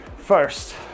first